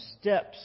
steps